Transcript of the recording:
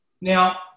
Now